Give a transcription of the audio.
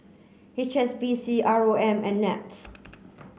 H S B C R O M and NETS